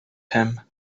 him